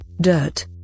dirt